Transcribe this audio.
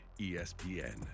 ESPN